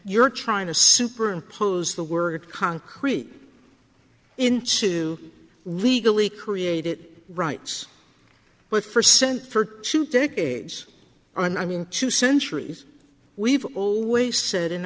you're trying to superimpose the word concrete into legally created rights but for sent for two decades and i mean two centuries we've always said in